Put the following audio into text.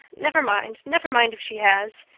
never mind. never mind if she has.